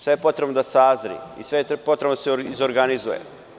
Sve je potrebno da sazri i sve je potrebno da se izorganizuje.